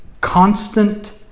Constant